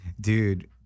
Dude